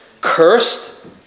cursed